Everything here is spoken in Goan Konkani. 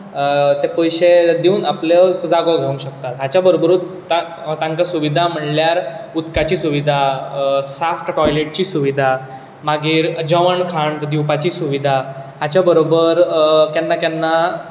ते पयशे दिवून आपलो जागो घेवंक शकतात हाच्या बरोबरूच तांकां सुविधा म्हणल्यार उदकाची सुविधा साफ टॉयलेटची सुविधा मागीर जेवण खाण दिवपाची सुविधा हाच्या बरोबर केन्ना केन्ना